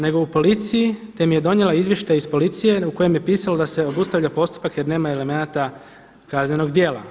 nego u policiji te im je donijela izvještaj iz policije u kojem je pisalo da se obustavlja postupak jer nema elemenata kaznenog djela.